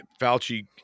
Fauci